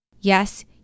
Yes